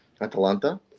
Atalanta